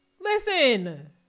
listen